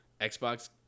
Xbox